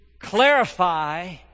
clarify